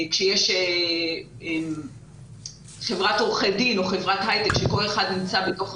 כאשר יש חברת עורכי דין או חברת היי-טק בה כל אחד נמצא בתוך